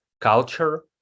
culture